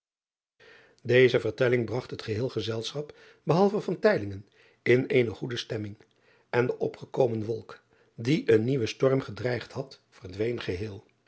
eze vertelling bragt het geheel gezelschap behalve in eene goede stemming en de opgekomen wolk die een nieuwen storm gedreigd had verdween geheel